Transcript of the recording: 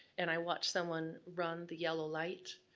and i watched someone run the yellow light.